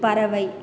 பறவை